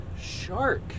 Shark